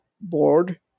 board